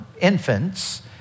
infants